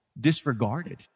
disregarded